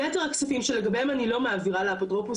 יתר הכספים שלגביהם אני לא מעבירה לאפוטרופוס,